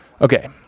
Okay